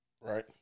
Right